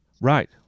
Right